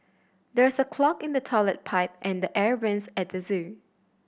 there is a clog in the toilet pipe and the air vents at the zoo